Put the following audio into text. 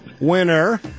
winner